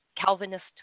Calvinist